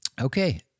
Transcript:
Okay